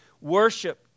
Worship